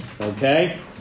okay